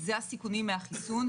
זה הסיכונים מהחיסון,